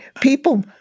people